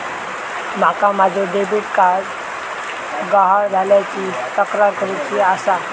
माका माझो debit card गहाळ झाल्याची तक्रार करुची आसा